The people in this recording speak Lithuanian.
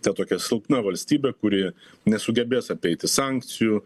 ta tokia silpna valstybė kuri nesugebės apeiti sankcijų